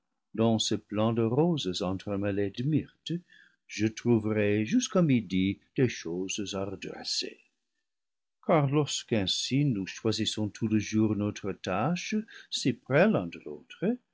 dans ce plant de roses entremêlées de myrtes je trouverai jusqu'à midi des choses à redresser car lorsque ainsi nous choisissons tout le jour notre tâche si près l'un de l'autre